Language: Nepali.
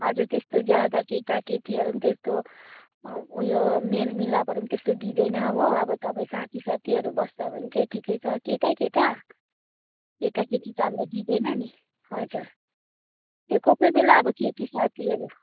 हजुर ज्यादा त्यस्तो केटाकेटीहरू पनि त्यस्तो उयो मेलमिलापहरू पनि त्यस्तो दिँदैन हो अब तपाईँ साथीसाथीहरू बस्दा भने चाहिँ ठिकै छ केटै केटा केटाकेटी त हामी दिँदैन नि हजुर त्यो कोही कोही बेला अब केटी साथीहरू